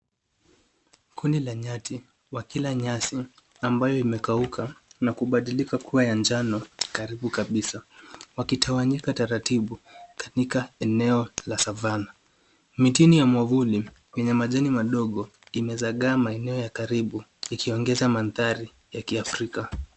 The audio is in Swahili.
Kundi la nyati wakila nyasi ambayo imekauka na kubadilika kuwa ya njano karibu kabisa, wakitawanyika taratibu wakiteremka eneo la savanna. Mti wenye mwavuli wenye majani madogo, imezagaa kwenye maeneo ya karibu ikiongeza mandhari ya akiafrika